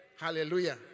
Hallelujah